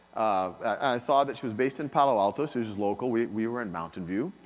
i saw that she was based in palo alto, so she was local, we we were in mountain view.